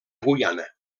guyana